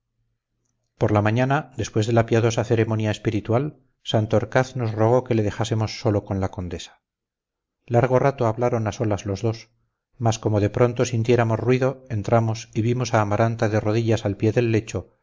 por la mañana después de la piadosa ceremonia espiritual santorcaz nos rogó que le dejásemos solo con la condesa largo rato hablaron a solas los dos mas como de pronto sintiéramos ruido entramos y vimos a amaranta de rodillas al pie del lecho